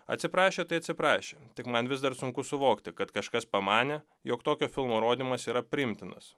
atsiprašė tai atsiprašė tik man vis dar sunku suvokti kad kažkas pamanė jog tokio filmo rodymas yra priimtinas